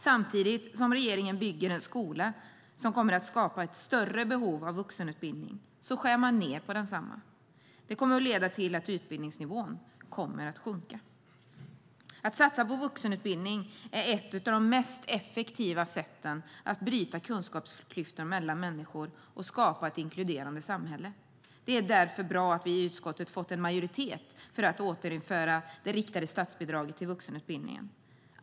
Samtidigt som regeringen bygger en skola som kommer att skapa ett större behov av vuxenutbildning skär man ned på densamma. Det kommer att leda till att utbildningsnivån kommer att sjunka. Att satsa på vuxenutbildning är ett av de mest effektiva sätten att bryta kunskapsklyftor mellan människor och skapa ett inkluderande samhälle. Det är därför bra att vi i utskottet fått en majoritet för att återinföra det riktade statsbidraget till vuxenutbildningen.